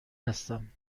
هستم